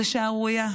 זאת שערורייה.